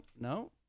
no